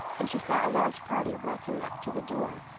and she saw a large party walking up to the door.